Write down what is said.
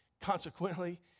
consequently